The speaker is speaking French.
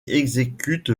exécute